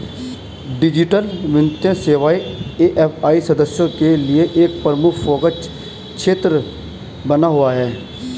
digital वित्तीय सेवाएं AFI सदस्यों के लिए एक प्रमुख फोकस क्षेत्र बना हुआ है